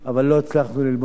אבל לא הצלחנו ללמוד אמהרית.